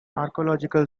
archaeological